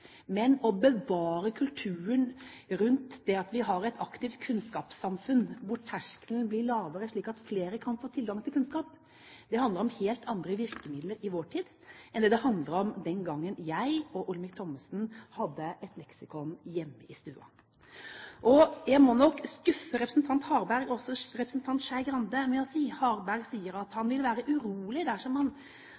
men å bevare kulturen rundt det at vi har et aktivt kunnskapssamfunn hvor terskelen blir lavere slik at flere kan få tilgang til kunnskap, handler om helt andre virkemidler i vår tid enn det det handlet om den gang jeg og Olemic Thommessen hadde et leksikon hjemme i stua. Og jeg må nok skuffe representantene Harberg og Skei Grande. Når representanten Harberg sier han vil være urolig dersom han